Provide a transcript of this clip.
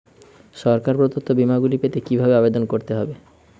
সরকার প্রদত্ত বিমা গুলি পেতে কিভাবে আবেদন করতে হবে?